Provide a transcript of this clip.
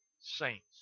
saints